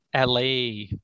LA